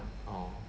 orh